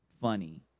funny